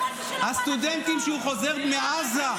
--- הסטודנט שחוזר מעזה,